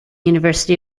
university